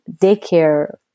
daycare